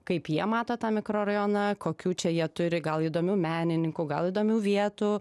kaip jie mato tą mikrorajoną kokių čia jie turi gal įdomių menininkų gal įdomių vietų